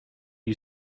you